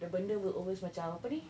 the benda will always macam apa ni